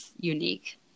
unique